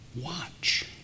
watch